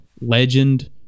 legend